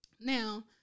Now